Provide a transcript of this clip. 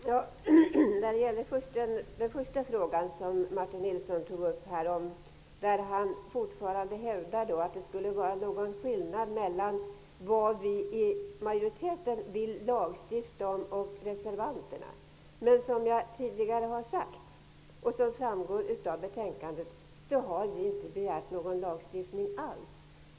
Herr talman! När det gäller den första frågan som Martin Nilsson tog upp, där han fortfarande hävdar att det skulle vara någon skillnad mellan vad vi i majoriteten vill lagstifta om och vad reservanterna anser. Som jag tidigare har sagt, och som framgår av betänkandet, har vi inte begärt någon lagstiftning alls.